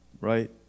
right